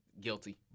guilty